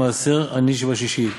מפני מעשר עני שבשישית,